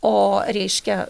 o reiškia